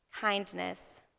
kindness